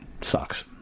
sucks